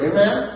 Amen